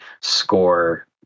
score